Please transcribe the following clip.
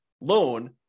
loan